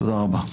תודה רבה.